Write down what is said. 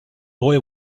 boy